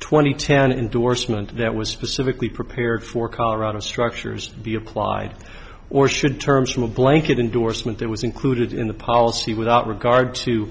twenty ten endorsement that was specifically prepared for colorado structures be applied or should terms from a blanket endorsement that was included in the policy without regard to